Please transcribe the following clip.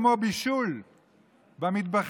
כמו בישול במטבחים,